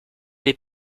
des